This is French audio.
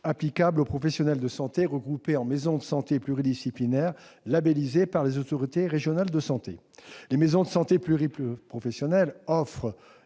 applicables aux professionnels de santé regroupés en maison de santé pluridisciplinaire labellisée par les autorités régionales de santé. Les maisons de santé pluriprofessionnelles, les